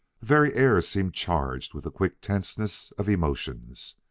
very air seemed charged with the quick tenseness of emotions.